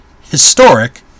historic